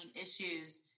issues